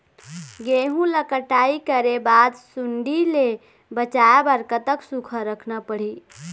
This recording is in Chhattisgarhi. गेहूं ला कटाई करे बाद सुण्डी ले बचाए बर कतक सूखा रखना पड़ही?